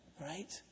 right